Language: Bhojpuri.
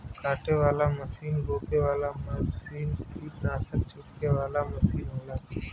काटे वाला मसीन रोपे वाला मसीन कीट्नासक छिड़के वाला मसीन होला